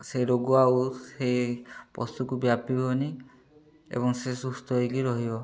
ସେ ରୋଗ ଆଉ ସେ ପଶୁକୁ ବ୍ୟାପିବନି ଏବଂ ସେ ସୁସ୍ଥ ହେଇକି ରହିବ